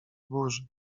burzy